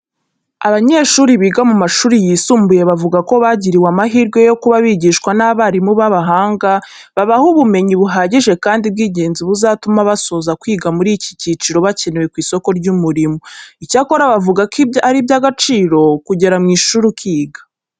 Abanyeshuri biga mu mashuri yisumbuye bavuga ko bagiriwe amahirwe yo kuba bigishwa n'abarimu b'abahanga babaha ubumenyi buhagije kandi bw'ingenzi buzatuma zasoza kwiga muri iki cyiciro bakenewe ku isoko ry'umurimo. Icyakora bavuga ko ari iby'agaciro kugera mu ishuri ukiga.